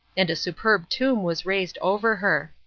and a superb tomb was raised over her.